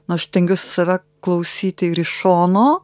nu aš stengiuos save klausyti ir iš šono